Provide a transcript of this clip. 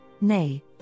nay